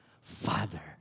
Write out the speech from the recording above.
Father